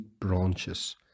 branches